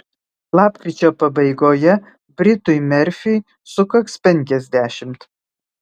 lapkričio pabaigoje britui merfiui sukaks penkiasdešimt